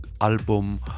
album